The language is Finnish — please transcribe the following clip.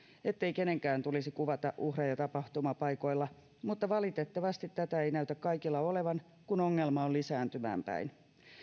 ettei kenenkään tulisi kuvata uhreja tapahtumapaikoilla mutta valitettavasti tätä ei näytä kaikilla olevan kun ongelma on lisääntymään päin